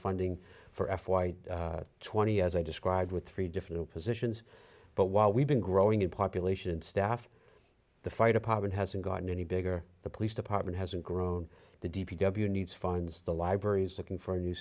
funding for f y twenty as i described with three different positions but while we've been growing in population and staff the fire department hasn't gotten any bigger the police department hasn't grown the d p w needs finds the libraries looking for a new